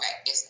okay